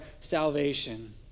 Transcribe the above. salvation